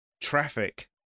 traffic